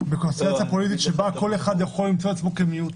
עם קונסטלציה פוליטית שבה כל אחד יכול למצוא את עצמו כמיעוט